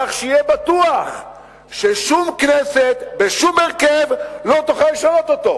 כך שיהיה בטוח ששום כנסת בשום הרכב לא תוכל לשנות אותו,